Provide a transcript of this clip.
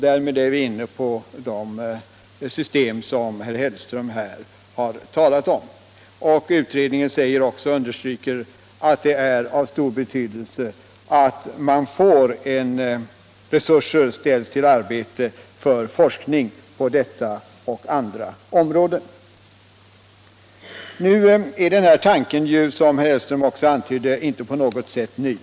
Därmed är vi inne på de system som herr Hellström har talat om. Utredningen understryker att det är av stor betydelse att resurser ställs till förfogande för forskning på detta område och på andra områden. Nu är denna tanke, som herr Hellström också antyder, inte på något sätt ny.